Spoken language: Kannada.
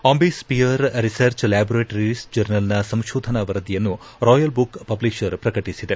ಆಂಬಿಸ್ವೀಯರ್ ರಿಸರ್ಚ್ ಲ್ಯಾಬೋರೇಟರಿ ಜರ್ನಲ್ನ ಸಂಶೋಧನಾ ವರದಿಯನ್ನು ರಾಯಲ್ ಬುಕ್ ಪಬ್ಲಿಷರ್ ಪ್ರಕಟಿಸಿದೆ